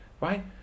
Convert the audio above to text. right